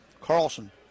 Carlson